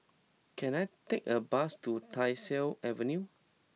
can I take a bus to Tyersall Avenue